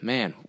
Man